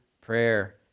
prayer